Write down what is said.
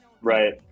right